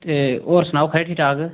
ते होर सनाओ खरे ठीक ठाक